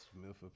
Smith